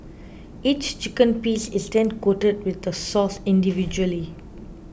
each chicken piece is then coated with the sauce individually